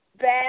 Bad